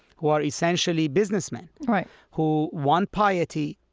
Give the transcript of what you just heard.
who are essentially businessmen right who want piety,